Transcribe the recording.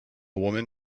woman